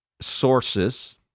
sources